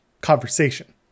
conversation